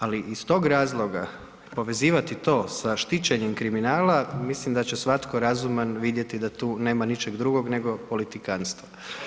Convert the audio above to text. Ali iz tog razloga povezivati to sa štićenjem kriminala, mislim da će svatko razuman vidjeti da tu nema ničeg drugog nego politikantstva.